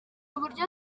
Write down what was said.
uburyo